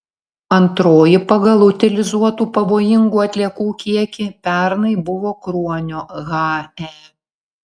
antroji pagal utilizuotų pavojingų atliekų kiekį pernai buvo kruonio hae